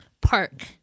Park